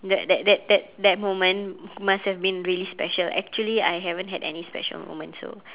that that that that that moment must have been really special actually I haven't had any special moment so